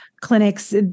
clinics